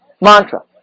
mantra